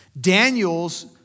Daniel's